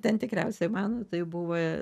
ten tikriausiai mano tai buvo